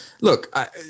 Look